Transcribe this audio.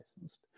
licensed